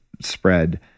spread